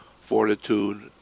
fortitude